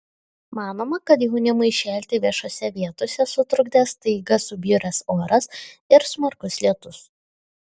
manoma kad jaunimui šėlti viešose vietose sutrukdė staiga subjuręs oras ir smarkus lietus